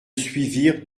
suivirent